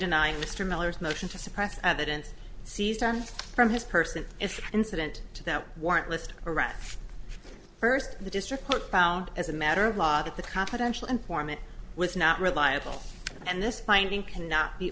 denying mr miller's motion to suppress evidence seized from his person if incident to that warrant list arrest first the district court found as a matter of law that the confidential informant was not reliable and this finding cannot be